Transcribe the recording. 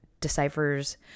deciphers